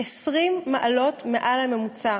20 מעלות מעל הממוצע